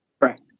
right